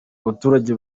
abaturage